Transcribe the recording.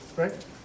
Right